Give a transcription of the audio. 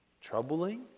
troubling